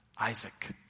Isaac